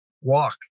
walk